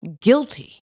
guilty